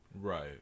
Right